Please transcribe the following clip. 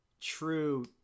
true-